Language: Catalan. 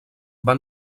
van